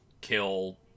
kill